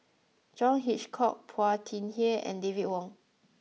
John Hitchcock Phua Thin Kiay and David Wong